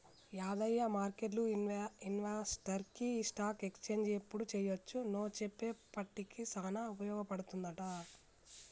యాదయ్య మార్కెట్లు ఇన్వెస్టర్కి ఈ స్టాక్ ఎక్స్చేంజ్ ఎప్పుడు చెయ్యొచ్చు నో చెప్పే పట్టిక సానా ఉపయోగ పడుతుందంట